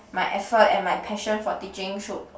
my effort and my passion for teaching should